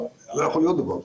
לא יכול להיות דבר כזה.